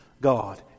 God